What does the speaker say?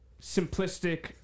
simplistic